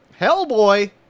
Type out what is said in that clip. Hellboy